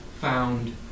found